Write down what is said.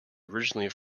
originally